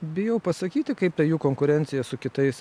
bijau pasakyti kaip ta jų konkurencija su kitais